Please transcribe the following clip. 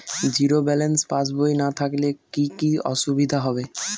Zero balance পাসবই না থাকলে কি কী অসুবিধা হবে?